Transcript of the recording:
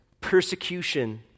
persecution